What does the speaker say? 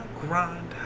grind